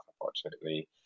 unfortunately